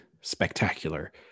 spectacular